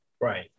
right